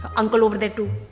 ah uncle over there, too.